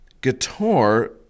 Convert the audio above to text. guitar